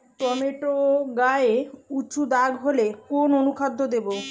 Tomato গায়ে উচু দাগ হলে কোন অনুখাদ্য দেবো?